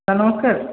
sir ନମସ୍କାର